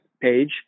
page